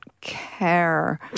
care